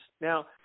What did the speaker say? Now